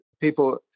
People